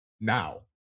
now